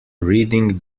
reading